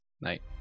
Night